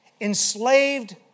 enslaved